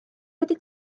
wedi